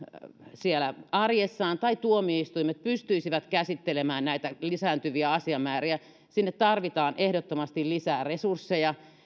siellä arjessaan tai tuomioistuimet pystyisivät käsittelemään näitä lisääntyviä asiamääriä sinne tarvitaan ehdottomasti lisää resursseja